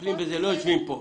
שמטפלים בזה לא יושבים כאן.